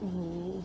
mmhmm